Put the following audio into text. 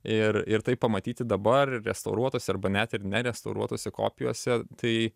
ir ir tai pamatyti dabar ir restauruotose arba net ir nerestauruotose kopijose tai